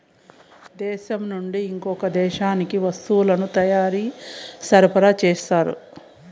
దేశం నుండి ఇంకో దేశానికి వస్తువుల తయారీ సరఫరా చేస్తారు